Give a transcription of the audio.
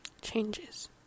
changes